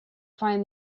find